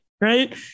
right